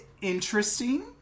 interesting